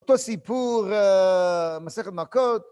אותו סיפור, מסכת מכות.